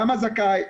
למה זכאי,